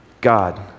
God